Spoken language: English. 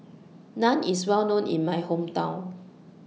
Naan IS Well known in My Hometown